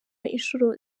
inshuro